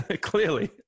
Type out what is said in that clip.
Clearly